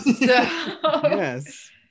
Yes